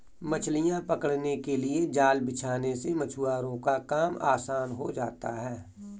मछलियां पकड़ने के लिए जाल बिछाने से मछुआरों का काम आसान हो जाता है